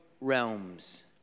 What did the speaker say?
realms